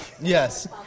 Yes